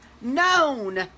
known